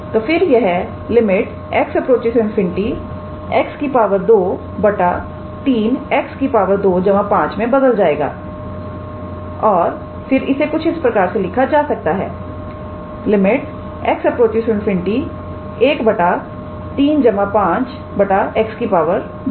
तो फिर यह x∞ 𝑥 2 3𝑥 25 मे बदल जाएगा और फिर इसे कुछ इस प्रकार से लिखा जा सकता है x∞ 1 3 5 𝑥2